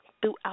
throughout